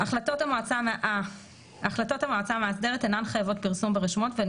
(ה)"החלטות המועצה המאסדרת אינן חייבות פרסום ברשומות והן